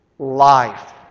Life